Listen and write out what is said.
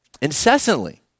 incessantly